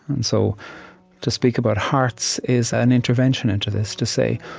and so to speak about hearts is an intervention into this to say,